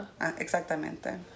Exactamente